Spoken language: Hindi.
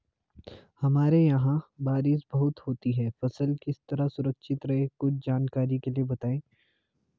हमारे यहाँ बारिश बहुत होती है फसल किस तरह सुरक्षित रहे कुछ जानकारी के लिए बताएँ?